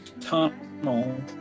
tunnel